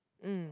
mm